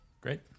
Great